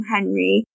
Henry